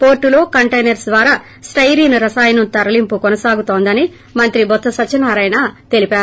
పోర్టులో కంటైనర్స్ ద్వారా స్టిరీన్ రసాయనం తరలింపు కొనసాగుతోందని బొత్ప సత్యనారాయణ తెలిపారు